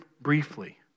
briefly